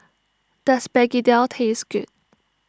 does Begedil taste good